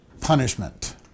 punishment